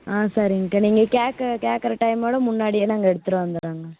ஆ சரிங்கக்கா நீங்கள் கேட்க கேட்கற டைம் விட முன்னாடியே நாங்கள் எடுத்துகிட்டு வந்துடுறோங்க